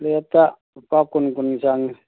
ꯄ꯭ꯂꯦꯠꯇ ꯂꯨꯄꯥ ꯀꯨꯟ ꯀꯨꯟꯒꯤ ꯆꯥꯡꯅꯤ